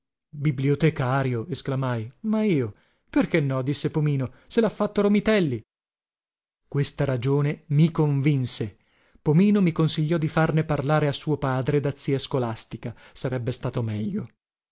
bibliotecario esclamai ma io perché no disse pomino se lha fatto romitelli questa ragione mi convinse pomino mi consigliò di farne parlare a suo padre da zia scolastica sarebbe stato meglio